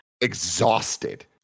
exhausted